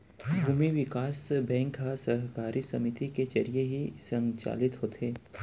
भूमि बिकास बेंक ह सहकारी समिति के जरिये ही संचालित होथे